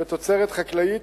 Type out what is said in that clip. תוצרת חקלאית,